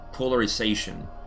polarization